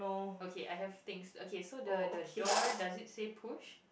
okay I have things okay so the the the door does it say push